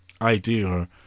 idea